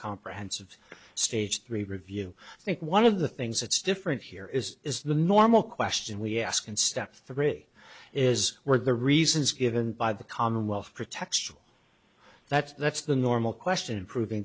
comprehensive stage three review i think one of the things that's different here is is the normal question we ask in step three is were the reasons given by the commonwealth pretextual that's that's the normal question in proving